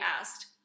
asked